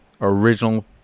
original